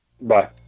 Bye